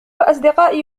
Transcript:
أصدقائي